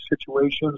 situations